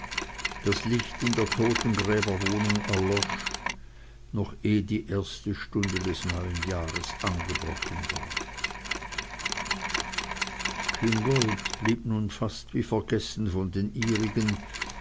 das licht in der totengräberwohnung erlosch noch eh die erste stunde des neuen jahres angebrochen war küngolt blieb nun fast wie vergessen von den